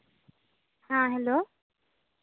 ᱦᱮᱸ ᱦᱮᱞᱳ